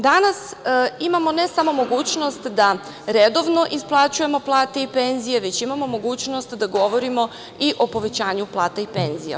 Danas imamo ne samo mogućnost da redovno isplaćujemo plate i penzije, već imamo mogućnost da govorimo i o povećanju plata i penzija.